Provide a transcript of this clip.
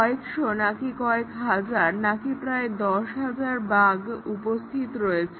কয়েকশো নাকি কয়েক হাজার নাকি প্রায় দশ হাজার বাগ্ উপস্থিত রয়েছে